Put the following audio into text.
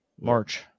March